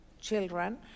children